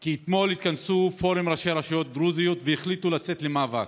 כי אתמול התכנס פורום ראשי רשויות דרוזיות והחליטו לצאת למאבק.